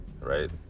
right